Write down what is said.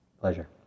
pleasure